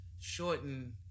shorten